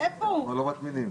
אבל אני רואה רק חברי